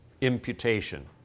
Imputation